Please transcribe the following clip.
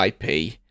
IP